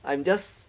I am just